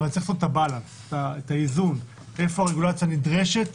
אבל צריך לעשות את האיזון איפה הרגולציה נדרשת